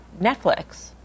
Netflix